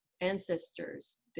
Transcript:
ancestors